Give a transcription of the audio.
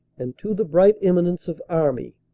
and to the bright emi nence of army.